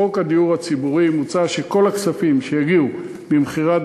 בחוק הדיור הציבורי מוצע שכל הכספים שיגיעו ממכירת